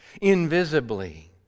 invisibly